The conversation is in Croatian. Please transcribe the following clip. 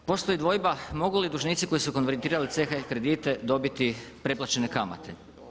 Postoji dvojba mogu li dužnici koji su konvertirali CHF kredite dobiti preplaćene kamate.